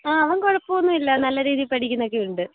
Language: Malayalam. ആ അവൻ കുഴപ്പമൊന്നുമില്ല നല്ല രീതിയിൽ പഠിക്കുന്നൊക്കെയുണ്ട്